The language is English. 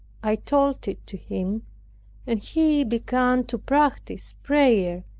i told it to him and he began to practice prayer,